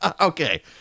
Okay